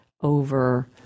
over